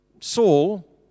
Saul